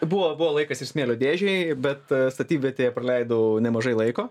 buvo buvo laikas ir smėlio dėžėj bet statybvietėje praleidau nemažai laiko